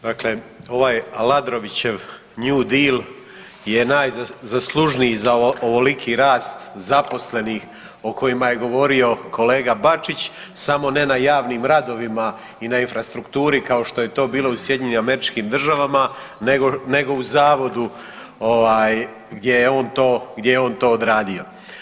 Dakle, ovaj Aladrovićev new deal je najzaslužniji za ovoliki rast zaposlenih o kojima je govorio kolega Bačić, samo ne na javnim radovima i na infrastrukturi kao što je to bilo u SAD-u, nego u Zavodu gdje je on to odradio.